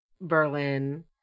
Berlin